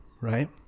right